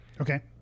Okay